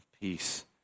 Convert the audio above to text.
peace